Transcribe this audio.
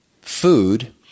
food